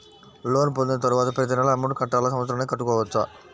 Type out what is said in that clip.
Loan పొందిన తరువాత ప్రతి నెల అమౌంట్ కట్టాలా? సంవత్సరానికి కట్టుకోవచ్చా?